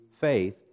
faith